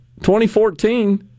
2014